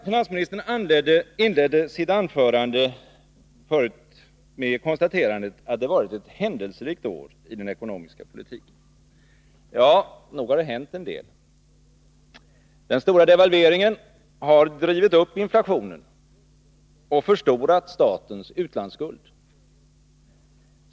Finansministern inledde sitt anförande med konstaterandet att det varit ett händelserikt år i den ekonomiska politiken. Ja, nog har det hänt en del! Den stora devalveringen har drivit upp inflationen och förstorat statens utlandsskuld.